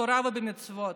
בתורה ובמצוות.